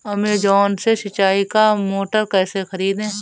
Amazon से सिंचाई का मोटर कैसे खरीदें?